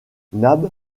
nab